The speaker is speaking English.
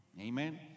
Amen